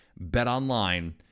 BetOnline